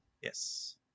Yes